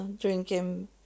drinking